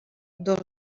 dos